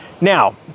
Now